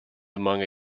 among